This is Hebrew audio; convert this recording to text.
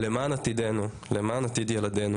למען עתידנו, למען עתיד ילדנו.